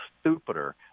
stupider